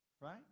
Right